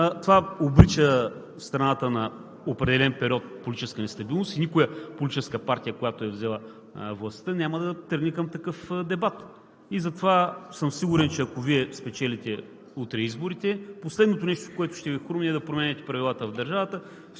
обрича страната на определен период на политическа нестабилност и никоя политическа партия, която е взела властта, няма да тръгне към такъв дебат. И затова съм сигурен, че ако Вие спечелите утре изборите, последното нещо, което ще Ви хрумне, е да променяте правилата в държавата.